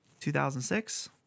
2006